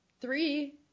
three